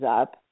up